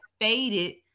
faded